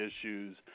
issues